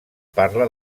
parla